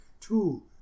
two